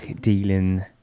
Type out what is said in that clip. dealing